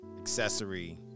accessory